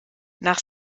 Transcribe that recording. nach